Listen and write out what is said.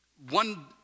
one